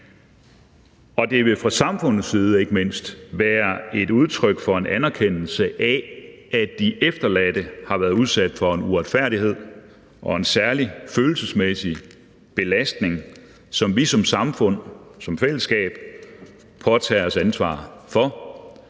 mindst fra samfundets side være et udtryk for en anerkendelse af, at de efterladte har været udsat for en uretfærdighed og en særlig følelsesmæssig belastning, som vi som samfund, som fællesskab, påtager os ansvaret for.